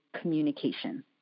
communication